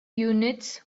units